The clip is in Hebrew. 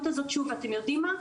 ואתם יודעים מה?